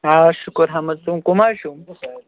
آ شُکُر حَمُد تُہۍ کَم حظ چھِو